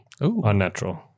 Unnatural